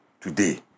today